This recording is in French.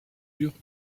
eurent